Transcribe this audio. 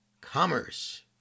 Commerce